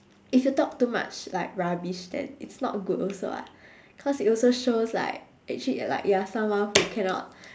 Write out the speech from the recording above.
if you talk too much like rubbish then it's not good also [what] cause it also shows like actually like you're like you are someone that cannot